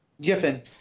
Giffen